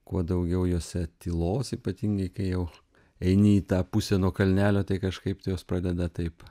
kuo daugiau jose tylos ypatingai kai jau eini į tą pusę nuo kalnelio tai kažkaip tai jos pradeda taip